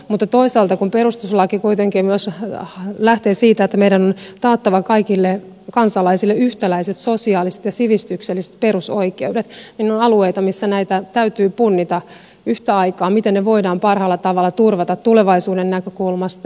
mutta toisaalta kun perustuslaki kuitenkin myös lähtee siitä että meidän on taattava kaikille kansalaisille yhtäläiset sosiaaliset ja sivistykselliset perusoikeudet on alueita missä näitä täytyy punnita yhtä aikaa miten ne voidaan parhaalla tavalla turvata tulevaisuuden näkökulmasta